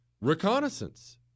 reconnaissance